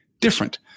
different